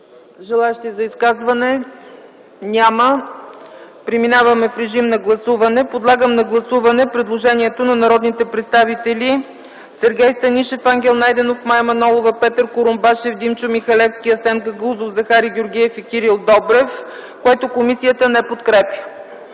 Желаещи за изказване? Няма. Подлагам на гласуване предложението на народните представители Сергей Станишев, Ангел Найденов, Мая Манолова, Петър Курумбашев, Димчо Михалевски, Асен Гагаузов, Захари Георгиев и Кирил Добрев, което комисията не подкрепя.